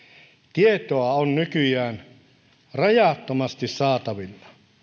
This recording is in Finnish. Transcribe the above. tietoa on nykyään rajattomasti saatavilla